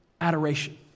adoration